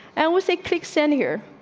and was a quick sent here